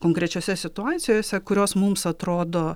konkrečiose situacijose kurios mums atrodo